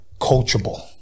coachable